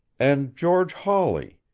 and george hawley,